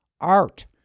Art